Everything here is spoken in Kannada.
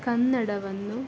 ಕನ್ನಡವನ್ನು